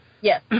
Yes